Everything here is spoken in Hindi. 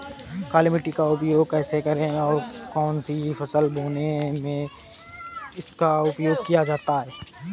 काली मिट्टी का उपयोग कैसे करें और कौन सी फसल बोने में इसका उपयोग किया जाता है?